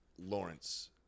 Lawrence